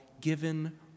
given